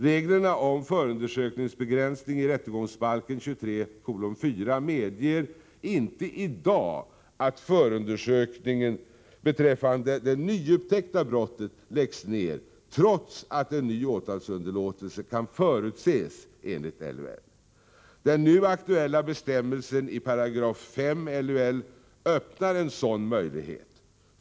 Reglerna om förundersökningsbegränsning i rättegångsbalken 23:4 medger inte i dag att förundersökningen beträffande det nyupptäckta brottet läggs ner, trots att en ny åtalsunderlåtelse kan förutses enligt LUL. Den nu aktuella bestämmelsen i 5 a§ LUL öppnar en sådan möjlighet.